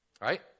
Right